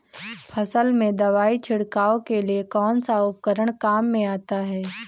फसल में दवाई छिड़काव के लिए कौनसा उपकरण काम में आता है?